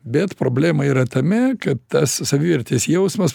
bet problema yra tame kad tas savivertės jausmas